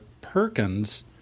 Perkins